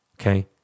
okay